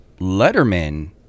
Letterman